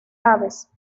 aves